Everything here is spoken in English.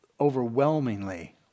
overwhelmingly